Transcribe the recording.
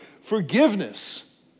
forgiveness